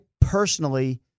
personally